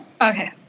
okay